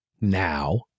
now